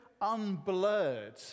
unblurred